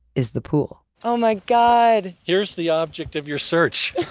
is the pool. oh my god! here's the object of your search.